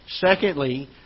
Secondly